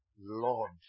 Lord